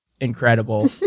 incredible